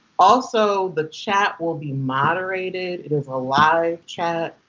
also, the chat will be moderated. it is a live chat.